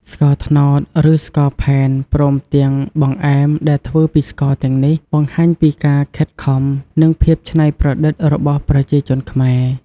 ស្ករត្នោត ឬ ស្ករផែនព្រមទាំងបង្អែមដែលធ្វើពីស្ករទាំងនេះបង្ហាញពីការខិតខំ និងភាពច្នៃប្រឌិតរបស់ប្រជាជនខ្មែរ។